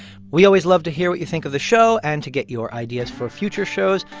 we always love to hear what you think of the show and to get your ideas for future shows.